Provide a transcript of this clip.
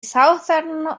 southern